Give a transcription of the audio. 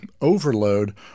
overload